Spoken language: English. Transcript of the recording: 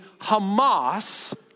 Hamas